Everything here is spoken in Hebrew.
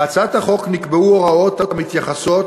בהצעת החוק נקבעו הוראות המתייחסות